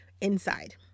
inside